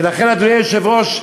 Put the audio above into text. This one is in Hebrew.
ולכן, אדוני היושב-ראש,